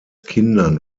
kindern